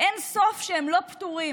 שהם לא פתורים.